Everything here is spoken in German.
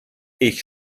ich